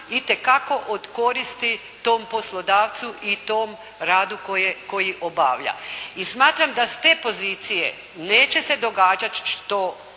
itekako od koristi tom poslodavcu i tom radu koji obavlja. I smatram da s te pozicije neće se događati što